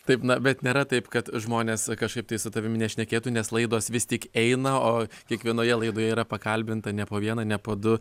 taip na bet nėra taip kad žmonės kažkaip tai su tavimi nešnekėtų nes laidos vis tik eina o kiekvienoje laidoje yra pakalbinta ne po vieną ne po du